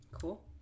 cool